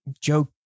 Joe